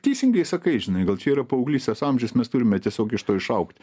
teisingai sakai žinai gal čia yra paauglystės amžius mes turime tiesiog iš to išaugt